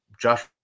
Josh